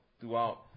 throughout